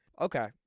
Okay